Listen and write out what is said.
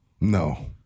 No